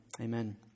Amen